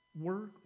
work